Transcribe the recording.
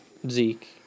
Zeke